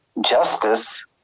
justice